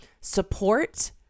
support